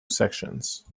sections